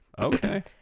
Okay